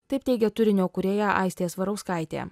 taip teigia turinio kūrėja aistė svarauskaitė